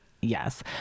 yes